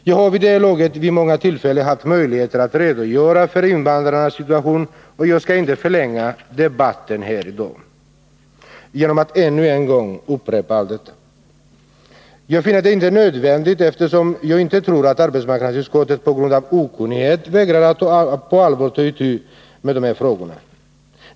Jag har vid det här laget haft många tillfällen att redogöra för invandrarnas situation, och jag skall inte förlänga debatten här i dag genom att ännu en gång upprepa allt detta. Jag finner det inte nödvändigt, eftersom jag inte tror att arbetsmarknadsutskottet på grund av okunnighet vägrar att på allvar ta itu med de här frågorna.